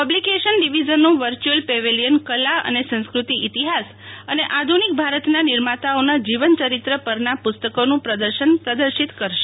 publication ડિવિઝનનું virtual pavilion કલા અને સંસ્કૃતિ ઇતિહાસ અને આધુનિક ભારતના નિર્માતાઓના જીવનચરિત્ર પરના પુસ્તકોનુંપ્રદર્શન પ્રદર્શિત કરશે